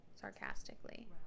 Sarcastically